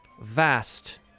vast